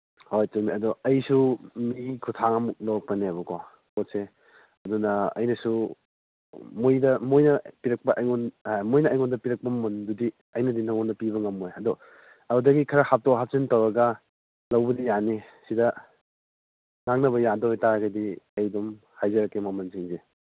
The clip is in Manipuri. ꯍꯣꯏ ꯆꯨꯝꯃꯦ ꯑꯗꯣ ꯑꯩꯁꯨ ꯃꯤ ꯈꯨꯠꯊꯥꯡ ꯑꯃ ꯂꯧꯔꯛꯄꯅꯦꯕꯀꯣ ꯄꯣꯠꯁꯦ ꯑꯗꯨꯅ ꯑꯩꯅꯁꯨ ꯃꯣꯏꯅ ꯄꯤꯔꯛꯄ ꯃꯣꯏꯅ ꯑꯩꯉꯣꯟꯗ ꯄꯤꯔꯛꯄ ꯃꯃꯟꯗꯨꯗꯤ ꯑꯩꯅꯗꯤ ꯅꯪꯉꯣꯟꯗ ꯄꯤꯕ ꯉꯝꯃꯣꯏ ꯑꯗꯣ ꯑꯗꯨꯗꯒꯤ ꯈꯔ ꯍꯥꯞꯇꯣꯛ ꯍꯥꯞꯆꯤꯟ ꯇꯧꯔꯒ ꯂꯧꯕꯗꯤ ꯌꯥꯅꯤ ꯁꯤꯗ ꯉꯥꯡꯅꯕ ꯌꯥꯗꯣꯏ ꯑꯣꯏ ꯇꯥꯔꯒꯗꯤ ꯑꯩ ꯑꯗꯨꯝ ꯍꯥꯏꯔꯛꯀꯦ ꯃꯃꯟꯁꯤꯡꯁꯦ